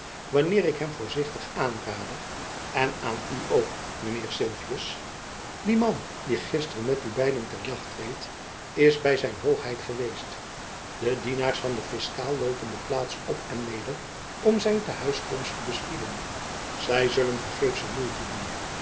wanneer ik hem voorzichtigheid aanrade en aan u ook mijn heer sylvius die man die gisteren met u beiden ter jacht reed is by zijn hoogheid geweest de dienaars van den fiskaal loopen de plaats op en neder om zijn te huis komst te bespieden zy zullen vergeefsche moeite doen